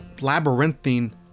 labyrinthine